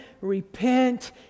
Repent